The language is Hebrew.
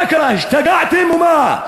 מה קרה, השתגעתם או מה?